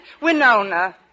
Winona